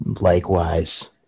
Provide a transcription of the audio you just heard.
likewise